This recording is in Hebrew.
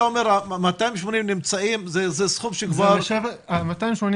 אתה אומר שהסכום של 280 נמצאים.